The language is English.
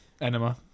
Enema